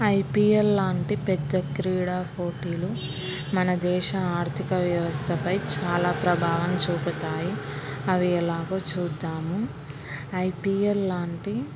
IPL లాంటి పెద్ద క్రీడా పోటీలు మన దేశ ఆర్థిక వ్యవస్థపై చాలా ప్రభావం చూపుతాయి అవి ఎలాగో చూద్దాము ఐపీఎల్ లాంటి